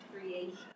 creation